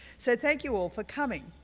so thank you all for coming.